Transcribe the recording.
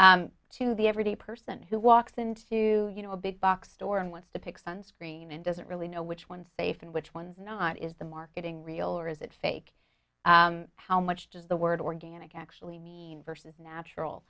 to the everyday person who walks into you know a big box store and with the pics on screen and doesn't really know which ones safe and which ones not is the marketing real or is it fake how much does the word organic actually mean versus natural